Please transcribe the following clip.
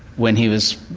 when he was